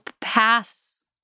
pass